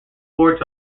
courts